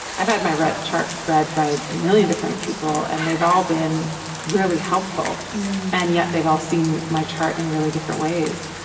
i've had my read chart read by a million different people and they've all been really helpful and yet they've all seen my chart in really different ways.